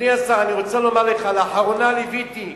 אדוני השר, אני רוצה לומר לך שלאחרונה ליוויתי,